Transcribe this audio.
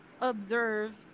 observe